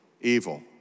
Evil